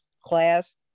class